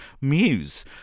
Muse